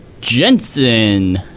Jensen